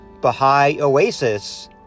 bahaioasis